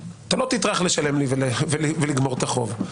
אתה לא תטרח לשלם לי ולגמור את החוב.